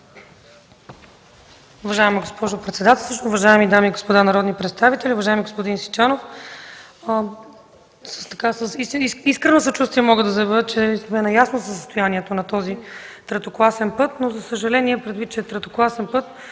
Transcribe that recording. Уважаема госпожо председателстваща, уважаеми дами и господа народни представители! Уважаеми господин Сичанов, с искрено съчувствие мога да заявя, че сме наясно със състоянието на този третокласен път, но, за съжаление, той е третокласен път.